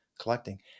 collecting